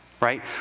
right